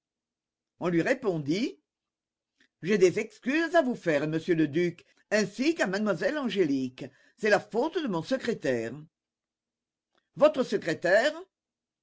on lui répondit j'ai des excuses à vous faire monsieur le duc ainsi qu'à mlle angélique c'est la faute de mon secrétaire votre secrétaire